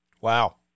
Wow